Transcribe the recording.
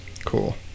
cool